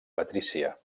patrícia